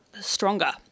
Stronger